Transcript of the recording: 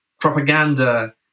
propaganda